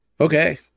Okay